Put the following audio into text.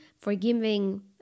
forgiving